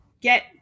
get